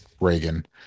Reagan